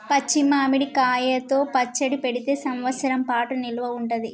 పచ్చి మామిడి కాయలతో పచ్చడి పెడితే సంవత్సరం పాటు నిల్వ ఉంటది